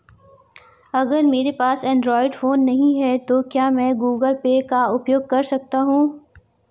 अगर मेरे पास एंड्रॉइड फोन नहीं है तो क्या मैं गूगल पे का उपयोग कर सकता हूं?